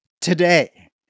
today